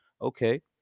okay